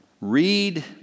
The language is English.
read